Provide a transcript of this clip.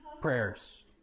prayers